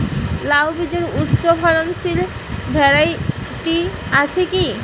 লাউ বীজের উচ্চ ফলনশীল ভ্যারাইটি আছে কী?